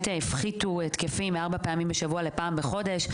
הפחיתו התקפים מארבע פעמים בשבוע לפעם בחודש.